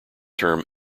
term